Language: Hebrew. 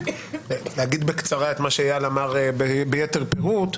להגיד בקצרה את מה שאייל אמר ביתר פירוט,